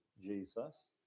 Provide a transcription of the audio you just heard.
Jesus